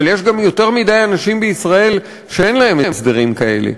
אבל יש גם יותר מדי אנשים בישראל שאין להם הסדרים כאלה,